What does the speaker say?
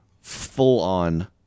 full-on